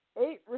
eight